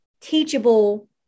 teachable